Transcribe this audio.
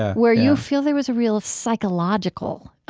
where you feel there was a real psychological,